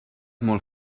molt